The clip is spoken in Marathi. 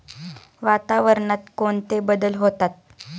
वातावरणात कोणते बदल होतात?